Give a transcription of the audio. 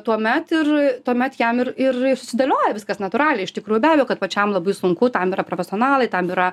tuomet ir tuomet jam ir ir susidėlioja viskas natūraliai iš tikrųjų be abejo kad pačiam labai sunku tam yra profesionalai tam yra